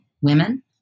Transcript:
women